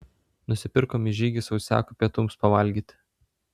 nusipirkom į žygį sausiakų pietums pavalgyti